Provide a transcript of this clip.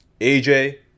AJ